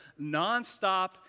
nonstop